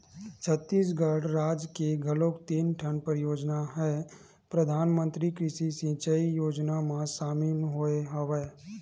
छत्तीसगढ़ राज के घलोक तीन ठन परियोजना ह परधानमंतरी कृषि सिंचई योजना म सामिल होय हवय